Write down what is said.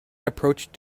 approached